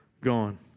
gone